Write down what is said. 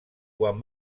quan